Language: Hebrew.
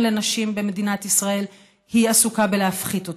לנשים במדינת ישראל היא עסוקה בלהפחית אותו.